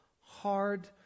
hard